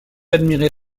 admirer